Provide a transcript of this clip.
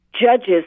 judges